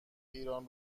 ایران